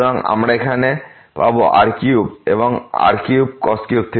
সুতরাং আমরা এখানে পাবো r3 এবং এখানে r3